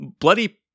Bloody